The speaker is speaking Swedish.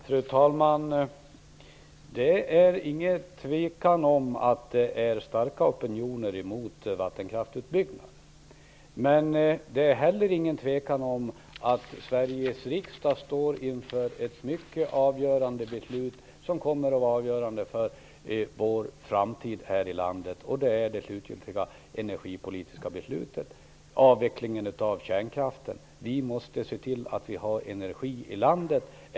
Fru talman! Det är inget tvivel om att det finns starka opinioner mot vattenkraftsutbyggnad. Men det råder heller inget tvivel om att Sveriges riksdag står inför ett mycket avgörande beslut. Det kommer att vara avgörande för vår framtid här i landet. Det är det slutgiltiga energipolitiska beslutet, avvecklingen av kärnkraften. Vi måste se till att vi har energi i landet.